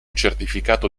certificato